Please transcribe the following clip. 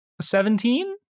Seventeen